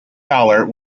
fowler